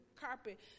carpet